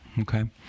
Okay